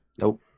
Nope